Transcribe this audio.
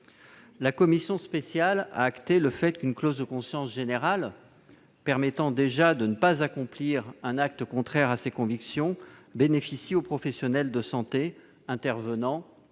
La commission spéciale a acté le fait qu'une clause de conscience générale permettant déjà de ne pas accomplir un acte contraire à ses convictions bénéficie aux professionnels de santé intervenant dans les